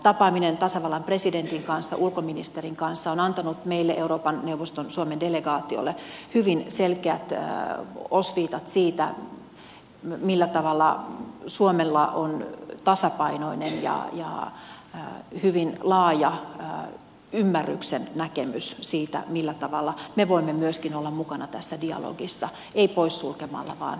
tapaaminen tasavallan presidentin kanssa ulkoministerin kanssa on antanut meille euroopan neuvoston suomen delegaatiolle hyvin selkeät osviitat siitä millä tavalla suomella on tasapainoinen ja hyvin laaja ymmärryksen näkemys siitä millä tavalla me voimme myöskin olla mukana tässä dialogissa ei pois sulkemalla vaan ottamalla osaa